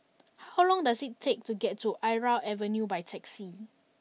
how long does it take to get to Irau Avenue by taxi